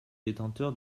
détenteur